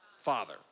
Father